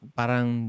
parang